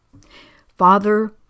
Father